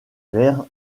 verres